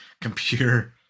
computer